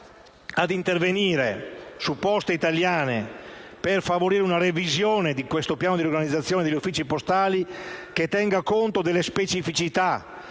ad intervenire su Poste italiane SpA, per favorire una revisione del piano di riorganizzazione degli uffici postali che tenga conto delle specificità